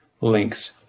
links